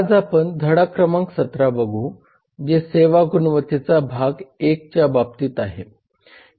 आज आपण धडा क्रमांक 17 बघू जे सेवा गुणवत्तेचा भाग 1 च्या बाबतीत आहे